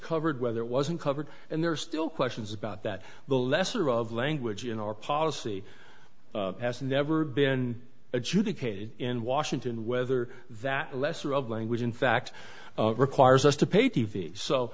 covered whether it wasn't covered and there are still questions about that the lesser of language in our policy has never been adjudicated in washington whether that lesser of language in fact requires